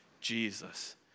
Jesus